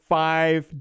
five